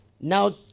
now